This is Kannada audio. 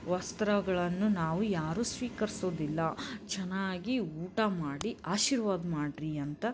ವಸ್ತ್ರಗಳನ್ನು ನಾವು ಯಾರೂ ಸ್ವೀಕರಿಸೋದಿಲ್ಲ ಚೆನ್ನಾಗಿ ಊಟ ಮಾಡಿ ಆಶೀರ್ವಾದ ಮಾಡಿರಿ ಅಂತ